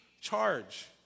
charge